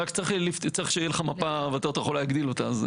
רק צריך שיהיה לך מפה ואתה יכול להגדיל אותה.